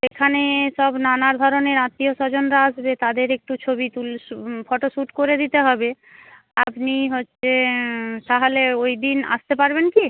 সেখানে সব নানা ধরনের আত্মীয় স্বজনরা আসবে তাদের একটু ছবি ফটো শ্যুট করে দিতে হবে আপনি হচ্ছে তাহলে ওইদিন আসতে পারবেন কি